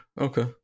Okay